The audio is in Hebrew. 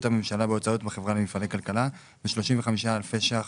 הממשלה בהוצאות בחברה למפעלי כלכלה ו-35 אלפי ₪